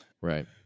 Right